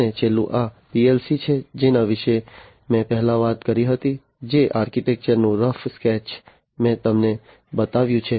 અને છેલ્લું આ પીએલસી છે જેના વિશે મેં પહેલા વાત કરી હતી જે આર્કિટેક્ચરનું રફ સ્કેચ મેં તમને બતાવ્યું છે